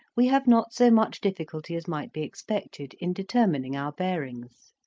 we have not so much difficulty as might be expected in determining our bearings.